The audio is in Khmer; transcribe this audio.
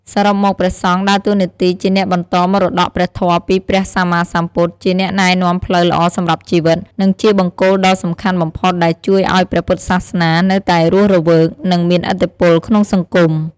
សរុបមក ព្រះសង្ឃដើរតួនាទីជាអ្នកបន្តមរតកព្រះធម៌ពីព្រះសម្មាសម្ពុទ្ធ ជាអ្នកណែនាំផ្លូវល្អសម្រាប់ជីវិត និងជាបង្គោលដ៏សំខាន់បំផុតដែលជួយឱ្យព្រះពុទ្ធសាសនានៅតែរស់រវើក និងមានឥទ្ធិពលក្នុងសង្គម។